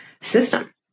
system